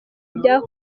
bya